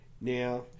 Now